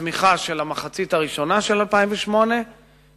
הצמיחה של המחצית הראשונה של 2008 התקזזה